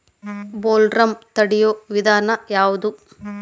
Bollworm ತಡಿಯು ವಿಧಾನ ಯಾವ್ದು?